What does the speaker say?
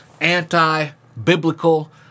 anti-biblical